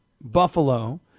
buffalo